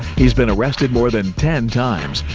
he has been arrested more than ten times,